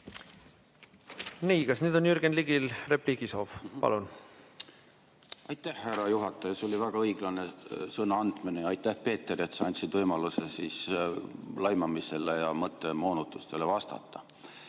Nii, kas nüüd on Jürgen Ligil repliigisoov? Palun! Aitäh, härra juhataja! See oli väga õiglane sõna andmine. Ja aitäh, Peeter, et sa andsid võimaluse laimamisele ja mõttemoonutustele vastata.